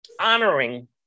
honoring